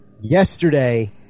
yesterday